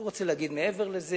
אני לא רוצה להגיד מעבר לזה,